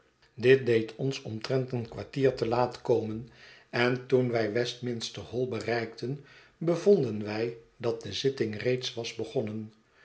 dit deed ons omtrent een kwartier te laat komen en toen wij westminster hall bereikten bevonden wij dat de zitting reeds was begonnen